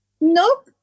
nope